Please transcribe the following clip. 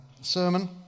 sermon